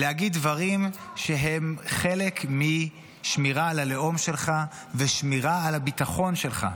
להגיד דברים שהם חלק משמירה על הלאום שלך ושמירה על הביטחון שלך.